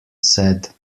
said